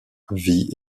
vit